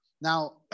Now